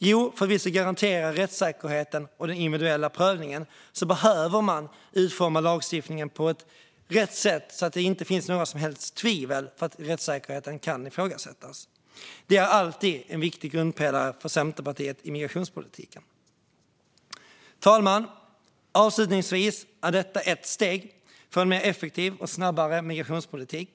Jo, för att garantera rättssäkerheten och den individuella prövningen behöver man utforma lagstiftningen på rätt sätt så att det inte finns några som helst skäl att ifrågasätta rättssäkerheten. Det är alltid en viktig grundpelare för Centerpartiet i migrationspolitiken. Herr talman! Avslutningsvis vill jag säga att detta är ett steg mot en mer effektiv och snabbare migrationspolitik.